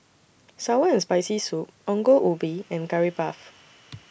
Sour and Spicy Soup Ongol Ubi and Curry Puff